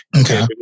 Okay